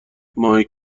مایک